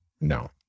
No